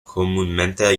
comúnmente